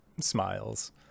smiles